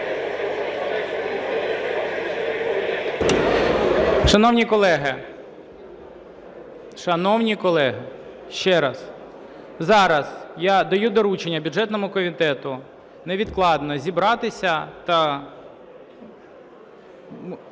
Шановні колеги, ще раз, зараз я даю доручення бюджетному комітету невідкладно зібратися…